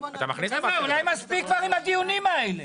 חבר'ה, אולי מספיק כבר עם הדיונים האלה.